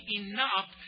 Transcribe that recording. enough